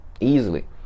easily